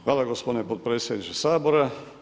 Hvala gospodine potpredsjedniče Sabora.